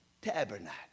tabernacle